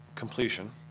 completion